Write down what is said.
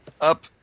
up